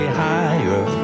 higher